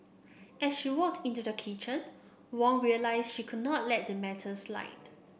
as she walked into the kitchen Wong realised she could not let the matter slide